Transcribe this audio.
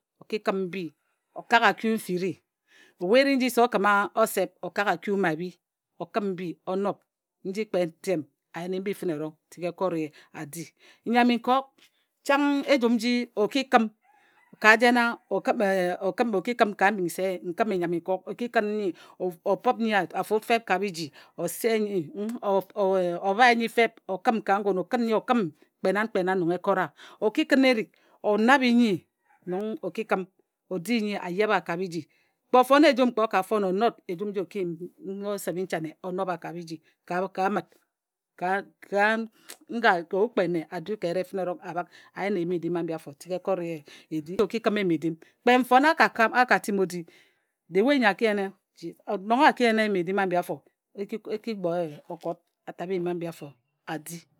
E kǝm mbi o kak aku mfiri obhu e nji se o kǝma osep o kak aku mma bhi o kǝm mbi o nob nji kpe ntem a yeni mbi fǝne erong tik e kok ye a di. Nnyam i nkok chang ejum nji o ki kǝm ka jena o kǝm o ki kǝm e ka mbing se o kǝm i nnyam i nkok o ki kǝn nnyi o pǝp nnyi a fut fep ka biji o se nnyi m o bhae nnyi feep o kǝm ka ngun o kǝn nnyi o kǝm kpe nan kpe nan nong e kora. O ki kǝn erik nabhe nnyi nong o ki kǝm o di nnyi a yebha ka biji. Kpe o fon ejum kpe o ka fon o not ejum nji o ki yim osep i nchane o nobha ka biji ka amǝt ka nga obhu kpe nne a du ke ere fǝne erong a bhak a yen eyim-edim ambi fo tik e kot ye edim. O ki kǝm eyim-edim kpe nfone a ka kem a ka timi o di the way nyi a ki yen eyim ahbi afo e gbo ye okot a tabhe eyim-edim a di.